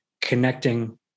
connecting